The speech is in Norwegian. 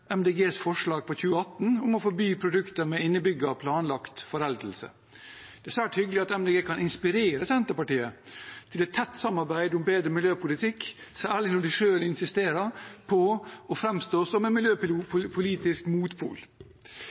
forslag fra 2018 om å forby produkter med innebygd planlagt foreldelse. Det er svært hyggelig at Miljøpartiet De Grønne kan inspirere Senterpartiet til et tett samarbeid om bedre miljøpolitikk, særlig når de selv insisterer på å framstå som en miljøpolitisk motpol.